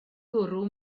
gwrw